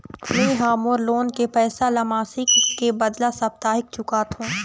में ह मोर लोन के पैसा ला मासिक के बदला साप्ताहिक चुकाथों